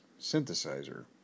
synthesizer